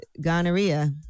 gonorrhea